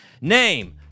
Name